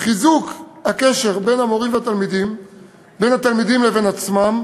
חיזוק הקשר בין המורים לתלמידים ובין התלמידים לבין עצמם,